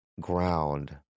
ground